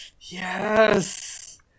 Yes